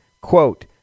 Quote